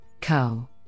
co